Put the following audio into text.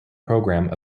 program